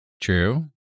True